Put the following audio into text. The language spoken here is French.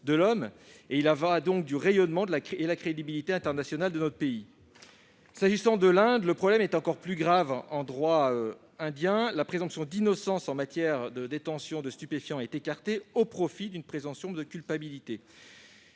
ce comité. Il y va du rayonnement et de la crédibilité internationale de notre pays. S'agissant de l'Inde, le problème est encore plus grave. En droit indien, la présomption d'innocence en matière de détention de stupéfiants est écartée au profit d'une présomption de culpabilité.